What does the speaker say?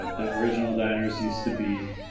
like the original diners used to be